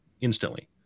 instantly